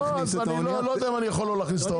לא יודע אם אני יכול לעשות את זה.